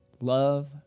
Love